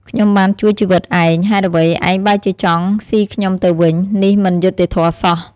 ខ្ញុំបានជួយជីវិតឯង ហេតុអ្វីឯងបែរជាចង់ស៊ីខ្ញុំទៅវិញ? នេះមិនយុត្តិធម៌សោះ!